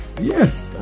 Yes